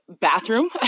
bathroom